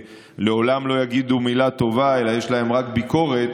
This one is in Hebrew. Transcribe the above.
שלעולם לא יגידו מילה טובה אלא יש להם רק ביקורת,